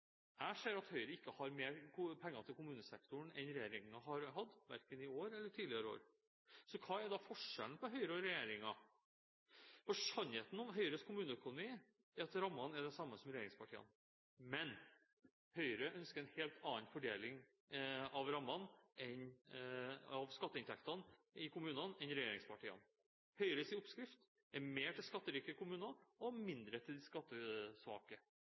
Jeg ser at Høyre ikke har mer penger til kommunesektoren i sine alternative budsjetter enn regjeringen har hatt, verken i år eller tidligere år. Hva er da forskjellen på Høyre og regjeringen? Sannheten om Høyres kommuneøkonomi er at rammene er de samme som regjeringspartienes, men Høyre ønsker en helt annen fordeling av skatteinntektene i kommunene enn regjeringspartiene. Høyres oppskrift er mer til skatterike kommuner og mindre til de skattesvake.